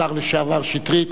השר לשעבר שטרית.